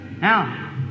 Now